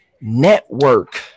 Network